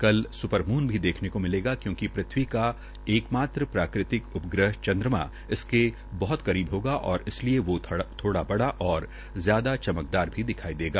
कल स्परमून भी देखने को मिलेगा क्योंकि पृथ्वी का एक मात्र प्राकृतिक उपग्रह चंन्द्रमा इसके बहत करीब होगा और इसलिये वो थोड़ा बड़ा और ज्यादा चमकदार भी दिखाई देगा